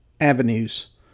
avenues